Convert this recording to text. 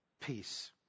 peace